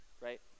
Right